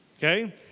Okay